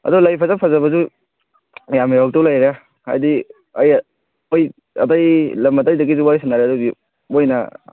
ꯑꯗꯣ ꯂꯩ ꯐꯖ ꯐꯖꯕꯁꯨ ꯃꯌꯥꯝ ꯌꯧꯔꯛꯇꯧ ꯂꯩꯔꯦ ꯍꯥꯏꯗꯤ ꯑꯩ ꯑꯇꯩ ꯂꯝ ꯑꯇꯩꯗꯒꯤꯁꯨ ꯋꯥꯔꯤ ꯁꯥꯟꯅꯔꯦꯕ ꯍꯧꯖꯤꯛ ꯃꯣꯏꯅ